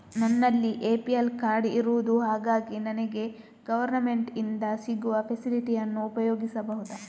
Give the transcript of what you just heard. ನನ್ನಲ್ಲಿ APL card ಇರುದು ಹಾಗಾಗಿ ನನಗೆ ಗವರ್ನಮೆಂಟ್ ಇಂದ ಸಿಗುವ ಫೆಸಿಲಿಟಿ ಅನ್ನು ಉಪಯೋಗಿಸಬಹುದಾ?